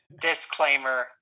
disclaimer